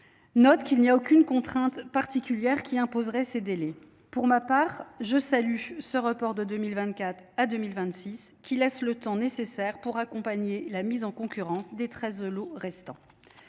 notent qu’il n’y a aucune contrainte particulière qui impose ces délais. Pour ma part, je salue ce report de 2024 à 2026, qui laisse le temps nécessaire pour accompagner la mise en concurrence des 13 lots restants.